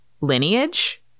lineage